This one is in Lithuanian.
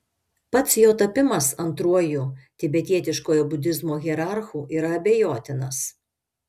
pats jo tapimas antruoju tibetietiškojo budizmo hierarchu yra abejotinas